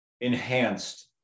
enhanced